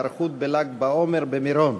חשש לקריסת ההיערכות בל"ג בעומר במירון.